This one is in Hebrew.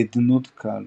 נדנוד קל